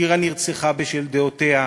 שירה נרצחה בשל דעותיה,